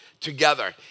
Together